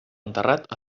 enterrat